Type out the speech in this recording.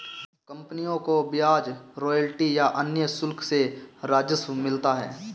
कंपनियों को ब्याज, रॉयल्टी या अन्य शुल्क से राजस्व मिलता है